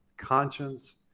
Conscience